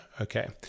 Okay